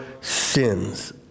sins